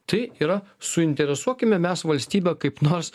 tai yra suinteresuokime mes valstybę kaip nors